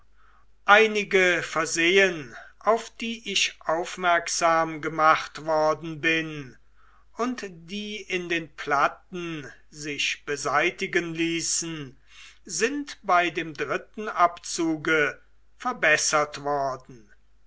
einige versehen auf die ich aufmerksam gemacht worden bin und die in den platten sich beseitigen ließen sind bei dem dritten abzuge verbessert worden